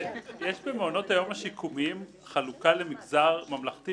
יש במעונות היום השיקומיים חלוקה למגזר ממלכתי,